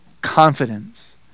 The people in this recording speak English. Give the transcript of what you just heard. confidence